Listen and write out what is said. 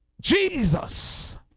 Jesus